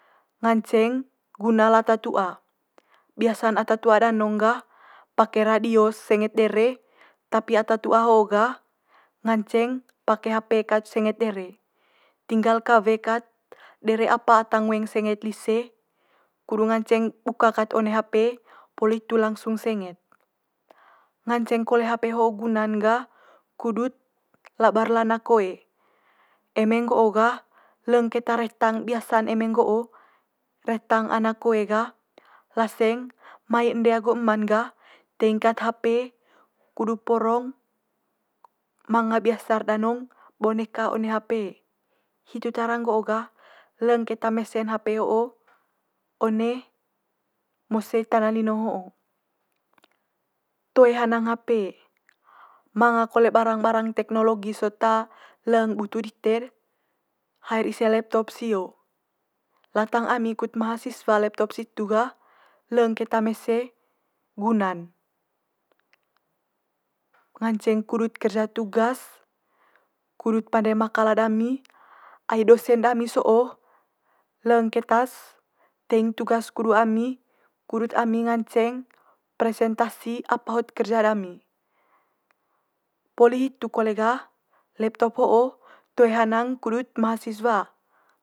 Nganceng guna lata tua. Biasa'n ata tua danong gah pake radio senget dere, tapi ata tua ho gah nganceng pake hape kat senget dere. Tinggal kawe kat dere apa ata ngoeng senget lise, kudu nganceng buka kat one hape poli hitu langsung senget. Nganceng kole hape ho guna'n gah kudut labar le anak koe. Eme nggo'o gah leng keta retang biasa'n eme nggo'o retang anak koe gah laseng mai ende agu ema'n gah teing kat hape kudu porong manga biasa'r danong boneka one hape. Hitu tara nggo'on gah leng keta mese'n hape ho'o mose tana lino ho'o. Toe hanang hape manga kole barang barang tekhnologi sot leng butu dite'r hae'r ise laptop sio. Latang ami kut mahasiswa laptop situ gah leng keta mese guna'n, nganceng kudut kerja tugas kudut pande makala dami ai dosen dami so'o leng keta's teing tugas kudu ami kudut ami nganceng presentasi apa hot kerja dami. Poli hitu kole gah, laptop ho'o toe hanang kudut mahasiswa.